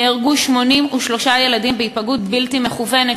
נהרגו 83 ילדים בהיפגעות בלתי מכוונת,